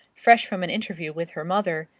fresh from an interview with her mother,